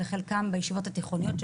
וחלקם בישיבות התיכוניות,